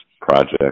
project